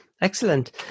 Excellent